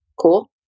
cool